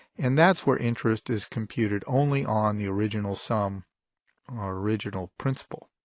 and that's where interest is computed only on the original sum or original principal.